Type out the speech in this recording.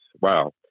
wow